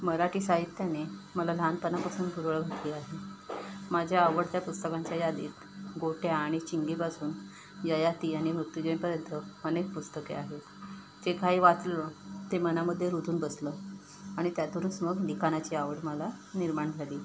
मराठी साहित्याने मला लहानपणापासून पुरवळ होती आहे माझ्या आवडत्या पुस्तकांच्या यादीत गोट्या आणि चिंगीपासून ययाती आणि मृत्यूंजयपर्यंत अनेक पुस्तके आहेत जे काही वाचलं ते मनामध्ये रुतून बसलं आणि त्यातूनच मग लिखाणाची आवड मला निर्माण झाली